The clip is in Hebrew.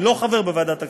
אני לא חבר בוועדת הכספים,